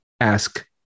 ask